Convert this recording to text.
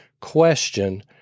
question